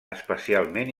especialment